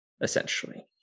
essentially